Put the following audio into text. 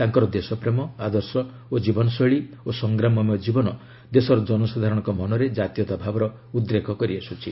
ତାଙ୍କର ଦେଶପ୍ରେମ ଆଦର୍ଶ ଜୀବନଶୈଳୀ ଓ ସଂଗ୍ରାମମୟ ଜୀବନ ଦେଶର ଜନସାଧାରଣଙ୍କ ମନରେ ଜାତୀୟତା ଭାବର ଉଦ୍ରେକ କରିଆସୁଛି